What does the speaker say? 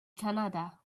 canada